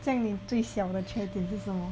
这样你最小的缺点是什么